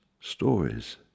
stories